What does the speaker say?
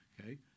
okay